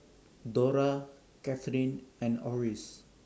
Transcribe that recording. Dora Cathleen and Orris